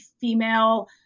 female